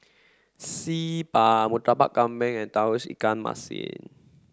Xi Ban Murtabak Kambing and ikan Masin